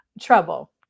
trouble